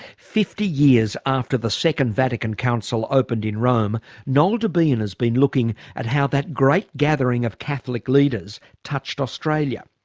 fifty years after the second vatican council opened in rome, noel debien has been looking at how that great gathering of catholic leaders touched australia.